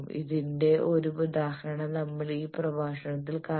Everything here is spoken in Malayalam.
ഇതിന്റെ ഒരു ഉദാഹരണം നമ്മൾ ഈ പ്രഭാഷണത്തിൽ കാണും